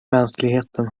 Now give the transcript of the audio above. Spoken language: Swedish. mänskligheten